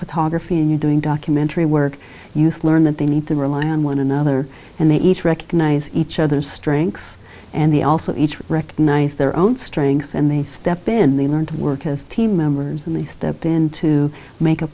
photography and you're doing documentary work you learn that they need to rely on one another and they each recognise each other's strengths and they also each recognise their own strengths and they step in they learn to work as a team members and they step in to make a